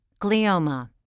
glioma